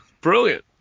Brilliant